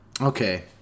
Okay